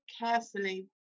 carefully